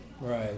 right